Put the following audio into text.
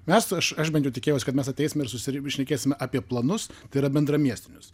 mes aš aš bent jau tikėjausi kad mes ateisime ir susirinkus šnekėsime apie planus tai yra bendramiestinius